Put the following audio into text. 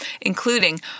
including